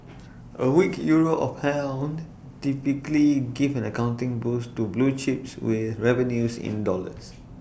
A weak euro or pound typically give an accounting boost to blue chips with revenues in dollars